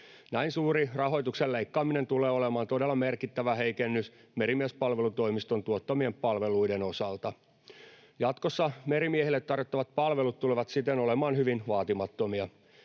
Näin suuri rahoituksen leikkaaminen tulee olemaan todella merkittävä heikennys Merimiespalvelutoimiston tuottamien palveluiden osalta. Jatkossa merimiehille tarjottavat palvelut tulevat siten olemaan hyvin vaatimattomia.